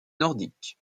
nordique